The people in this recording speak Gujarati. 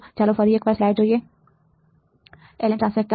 તો ચાલો ફરી એકવાર સ્લાઇડ જોઈએ તમે જે જુઓ છો તે અહીં છે તમે જે જુઓ છો તે છે